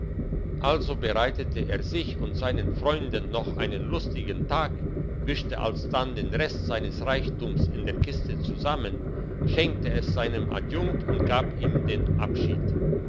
also bereitete er sich und seinen freunden noch einen lustigen tag wischte alsdann den rest seines reichtums in der kiste zusammen schenkte es seinem adjunkt und gab ihm den abschied